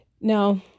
Now